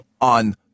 on